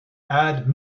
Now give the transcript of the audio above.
add